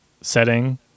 setting